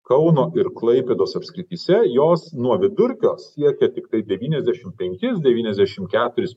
kauno ir klaipėdos apskrityse jos nuo vidurkio siekia tiktai devyniasdešim penkis devyniasdešim keturis